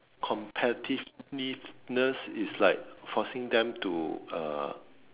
competitiveness is like forcing them to uh